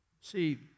See